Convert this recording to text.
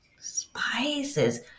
spices